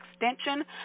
extension